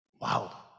wow